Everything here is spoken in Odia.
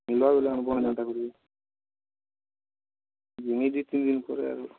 ମିଲ୍ବା ବୋଲେ ଆମକୁ କେନ୍ତା କରିବି ଏଇ ଦୁଇ ତିନି ଦିନ୍ ପରେ ଆଇବ